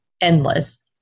endless